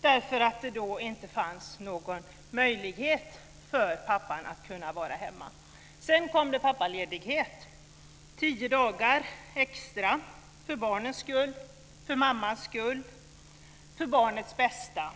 därför att det då inte fanns någon möjlighet för pappan att vara hemma. Men sedan kom pappaledigheten, tio dagar extra för barnens och mammans skull och för barnets bästa.